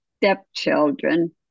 stepchildren